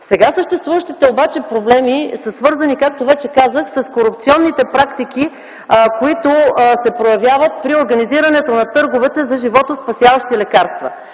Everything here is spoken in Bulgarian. Сега съществуващите обаче проблеми са свързани, както вече казах, с корупционните практики, които се проявяват при организирането на търгове за животоспасяващи лекарства.